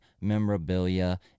memorabilia